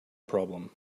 problem